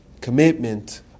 commitment